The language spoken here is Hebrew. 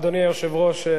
אדוני היושב-ראש,